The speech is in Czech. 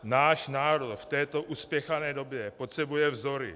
Náš národ v této uspěchané době potřebuje vzory.